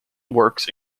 works